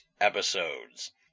episodes